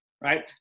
right